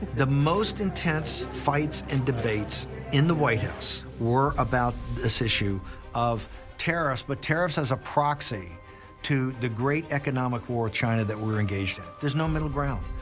the most intense fights and debates in the white house were about this issue of tariffs, but tariffs as a proxy to the great economic war with china that we're engaged in. there's no middle ground.